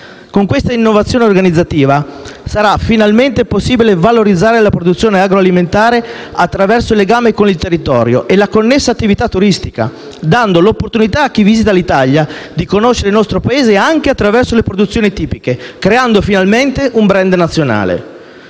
Con questa innovazione organizzativa sarà finalmente possibile valorizzare la produzione agroalimentare attraverso il legame con il territorio e la connessa attività turistica, dando l'opportunità a chi visita l'Italia di conoscere il nostro Paese anche attraverso le produzioni tipiche, creando finalmente un *brand* nazionale